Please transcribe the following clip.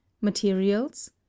materials